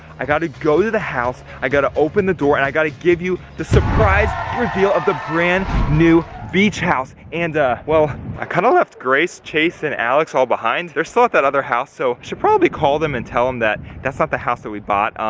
i gotta go to the house. i gotta open the door and i gotta give you the surprise reveal of the brand new beach house. and well, i kind of left grace, chase and alex all behind. they're still at that other house. so, i should probably call them and tell phone um that that's not the house that we bought.